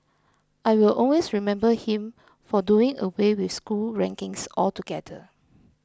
I will always remember him for doing away with school rankings altogether